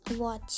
watch